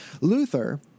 Luther